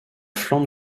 flanc